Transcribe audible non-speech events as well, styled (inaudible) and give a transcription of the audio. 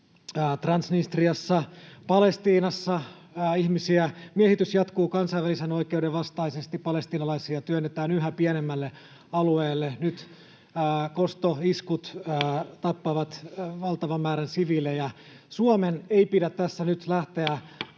Transnistriassa. Palestiinassa miehitys jatkuu kansainvälisen oikeuden vastaisesti, palestiinalaisia työnnetään yhä pienemmälle alueelle. (noise) Nyt kostoiskut tappavat valtavan määrän siviilejä. Suomen ei pidä tässä nyt lähteä